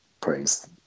Praise